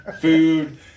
Food